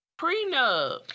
prenup